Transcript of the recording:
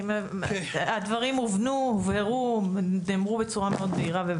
הדברים הובנו, הובהרו, נאמרו בצורה מאוד בהירה.